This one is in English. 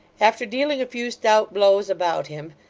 after dealing a few stout blows about him,